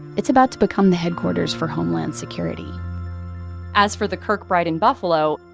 it's about to become the headquarters for homeland security as for the kirkbride in buffalo,